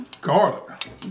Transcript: garlic